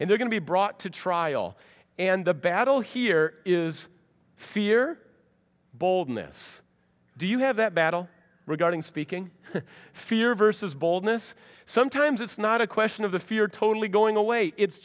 and they're going to be brought to trial and the battle here is fear boldness do you have that battle regarding speaking fear versus boldness sometimes it's not a question of the fear totally going away it's